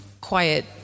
quiet